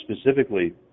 specifically